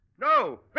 No